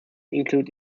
includes